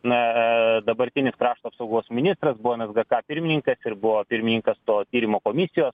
na dabartinis krašto apsaugos ministras bonas gaka pirmininkas ir buvo pirmininkas to tyrimo komisijos